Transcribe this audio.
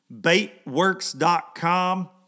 Baitworks.com